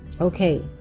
Okay